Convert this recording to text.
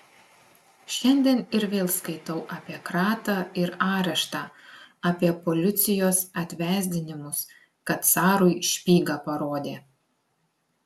šiandien ir vėl skaitau apie kratą ir areštą apie policijos atvesdinimus kad carui špygą parodė